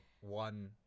one